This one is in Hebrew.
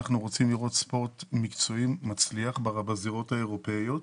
אנחנו רוצים לראות ספורט מקצועי מצליח בזירות האירופאיות,